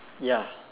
ya